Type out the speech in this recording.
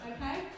Okay